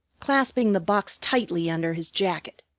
clasping the box tightly under his jacket.